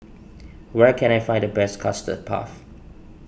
where can I find the best Custard Puff